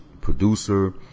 producer